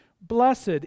Blessed